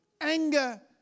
anger